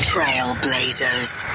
Trailblazers